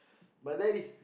but that is